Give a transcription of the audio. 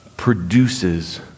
produces